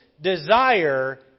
desire